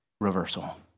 reversal